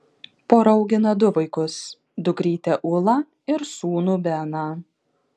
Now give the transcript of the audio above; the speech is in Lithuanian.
pora augina du vaikus dukrytę ulą ir sūnų beną